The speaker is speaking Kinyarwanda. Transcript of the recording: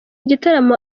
gitaramo